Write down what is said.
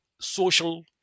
social